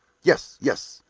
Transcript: yes, yes,